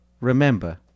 remember